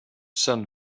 sun